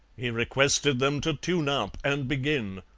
he requested them to tune up and begin.